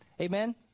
amen